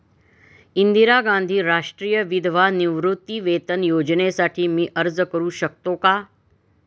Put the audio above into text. इंदिरा गांधी राष्ट्रीय विधवा निवृत्तीवेतन योजनेसाठी मी अर्ज करू शकतो?